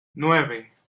nueve